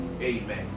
amen